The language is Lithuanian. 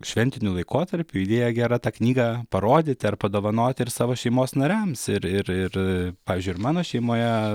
šventiniu laikotarpiu idėja gera tą knygą parodyti ar padovanoti ir savo šeimos nariams ir ir ir pavyzdžiui ir mano šeimoje